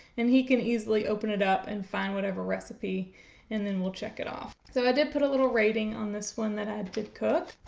and he can easily open it up and find whatever recipe and then we'll check it off. so i did put a little rating on this one that i did cook,